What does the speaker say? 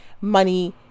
money